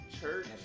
church